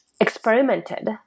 experimented